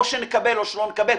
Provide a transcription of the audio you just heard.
או שנקבל או שלא נקבל.